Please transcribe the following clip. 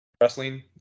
wrestling